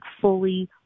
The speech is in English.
fully